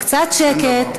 קצת שקט.